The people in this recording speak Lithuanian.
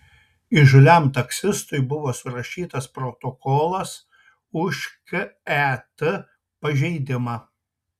įžūliam taksistui buvo surašytas protokolas už ket pažeidimą